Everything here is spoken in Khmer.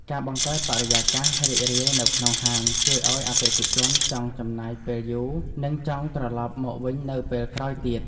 ការបង្កើតបរិយាកាសរីករាយនៅក្នុងហាងជួយឱ្យអតិថិជនចង់ចំណាយពេលយូរ និងចង់ត្រឡប់មកវិញនៅពេលក្រោយទៀត។